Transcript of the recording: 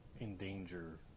endanger